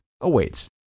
awaits